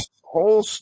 whole